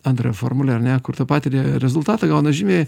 antrąją formulę ar ne kur tą patį re rezultatą gauna žymiai